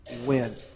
Win